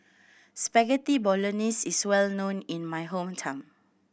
Spaghetti Bolognese is well known in my hometown